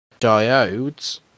diodes